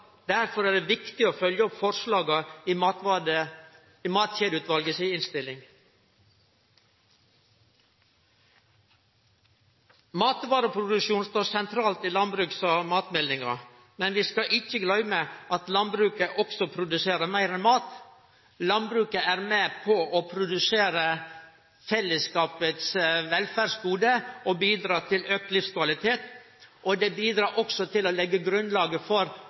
Derfor er det viktig å følgje opp forslaga i Matkjedeutvalet si innstilling. Matvareproduksjon står sentralt i landsbruks- og matmeldinga. Men vi skal ikkje gløyme at landbruket produserer meir enn mat. Landbruket er med på å produsere fellesskapets velferdsgode og bidreg til auka livskvalitet. Det bidreg også til å leggje grunnlaget for